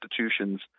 institutions